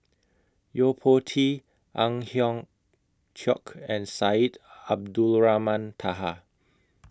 Yo Po Tee Ang Hiong Chiok and Syed Abdulrahman Taha